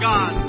God